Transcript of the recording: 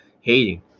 hating